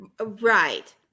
Right